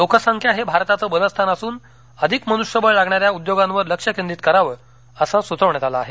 लोकसंख्या हे भारताचं बलस्थान असून अधिक मनृष्यबळ लागणाऱ्या उद्योगांवर लक्ष केंद्रित करावं असं सुचवण्यात आलं आहे